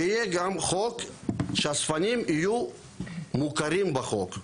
שיהיה גם חוק שאספנים יהיו מוכרים בחוק.